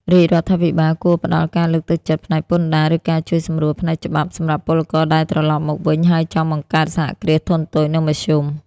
រាជរដ្ឋាភិបាលគួរផ្ដល់ការលើកទឹកចិត្តផ្នែកពន្ធដារ ឬការជួយសម្រួលផ្នែកច្បាប់ សម្រាប់ពលករដែលត្រឡប់មកវិញហើយចង់បង្កើត សហគ្រាសធុនតូច និងមធ្យម ។